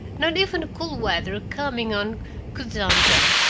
not even cool weather coming on could daunt them.